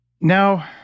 Now